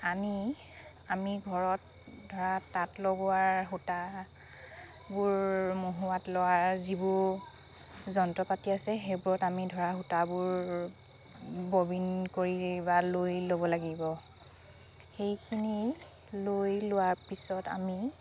আনি আমি ঘৰত ধৰা তাঁত লগোৱাৰ সূতাবোৰ মহুৰাত লোৱাৰ যিবোৰ যন্ত্ৰ পাতি আছে সেইবোৰত আমি ধৰা সূতাবোৰ ববিন কৰি বা লৈ ল'ব লাগিব সেইখিনি লৈ লোৱাৰ পিছত আমি